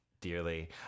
dearly